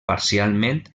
parcialment